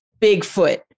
Bigfoot